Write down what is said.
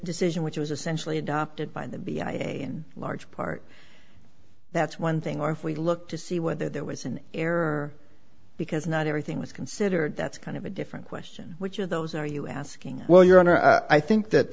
decision which was essentially adopted by the b i a in large part that's one thing or if we look to see whether there was an error because not everything was considered that's kind of a different question which of those are you asking well your honor i think that